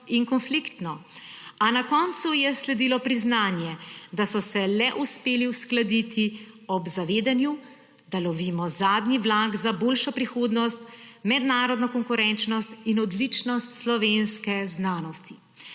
in konfliktno, a na koncu je sledilo priznanje, da so se le uspeli uskladiti ob zavedanju, da lovimo zadnji vlak za boljšo prihodnost, mednarodno konkurenčnost in odličnost slovenske znanosti.